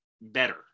better